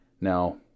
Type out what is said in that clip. now